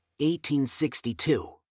1862